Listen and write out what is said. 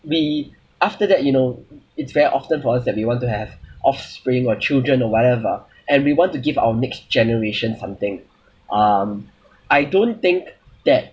we after that you know it's very often for us that we want to have offspring or children or whatever and we want to give our next generation something um I don't think that